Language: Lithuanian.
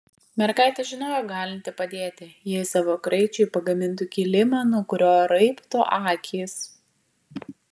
mergaitė žinojo galinti padėti jei savo kraičiui pagamintų kilimą nuo kurio raibtų akys